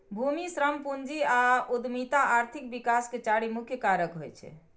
भूमि, श्रम, पूंजी आ उद्यमिता आर्थिक विकास के चारि मुख्य कारक होइ छै